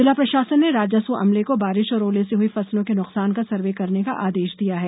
जिला प्रशासन ने राजस्व अमले को बारिश और ओले से हुई फसलों के नुकसान का सर्वे करने का आदेश दिया है